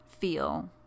feel